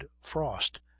frost